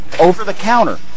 over-the-counter